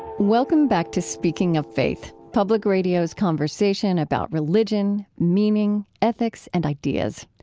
welcome back to speaking of faith, public radio's conversation about religion, meaning, ethics, and ideas.